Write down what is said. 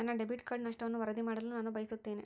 ನನ್ನ debit card ನಷ್ಟವನ್ನು ವರದಿ ಮಾಡಲು ನಾನು ಬಯಸುತ್ತೇನೆ